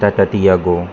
Tata Tiago